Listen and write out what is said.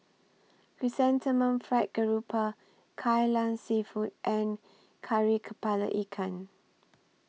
Chrysanthemum Fried Garoupa Kai Lan Seafood and Kari Kepala Ikan